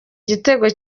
igitego